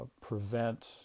prevent